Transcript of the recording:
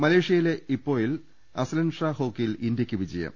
മലേഷ്യയിലെ ഇപ്പോയിൽ അസ്ലാൻഷാ ഹോക്കിയിൽ ഇന്ത്യക്ക് ജയം